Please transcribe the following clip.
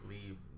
Leave